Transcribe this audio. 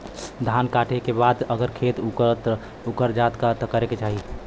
धान कांटेके बाद अगर खेत उकर जात का करे के चाही?